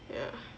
ya